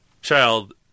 Child